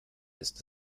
ist